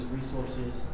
resources